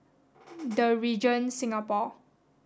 The Regent Singapore